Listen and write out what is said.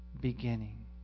beginning